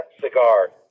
cigar